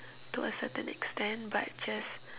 to a certain extend but just